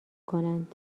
کنند